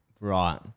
Right